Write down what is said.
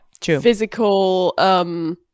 physical